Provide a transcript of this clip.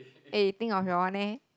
eh you think of your one leh